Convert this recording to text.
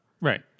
Right